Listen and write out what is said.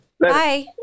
Bye